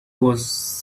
was